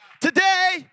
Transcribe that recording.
today